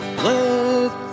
Let